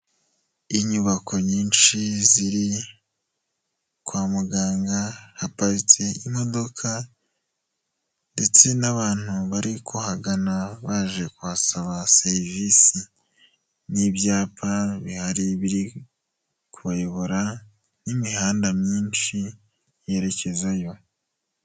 Inyubako nyinshi ziri kwa muganga, haparitse imodoka ndetse n'abantu bari kuhagana baje kwahasaba serivisi n'ibyapa bihari biri kubayobora n'imihanda myinshi yerekezayo.